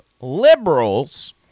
liberals